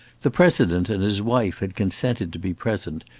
the president and his wife had consented to be present,